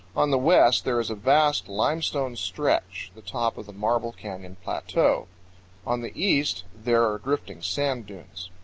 on the west there is a vast limestone stretch, the top of the marble canyon plateau on the east there are drifting sand-dunes.